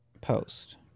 post